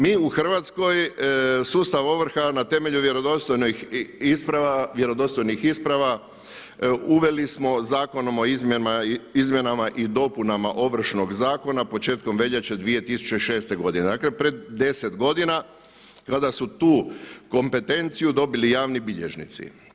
Mi u Hrvatskoj sustav ovrha na temelju vjerodostojnih isprava uveli smo Zakonom o izmjenama i dopunama Ovršnog zakona početkom veljače 2006. godine, dakle pred 10 godina kad asu tu kompetenciju dobili javni bilježnici.